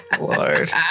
Lord